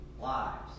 lives